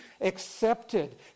accepted